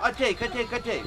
ateik ateik ateik